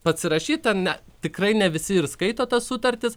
pasirašyt ten ne tikrai ne visi ir skaito tas sutartis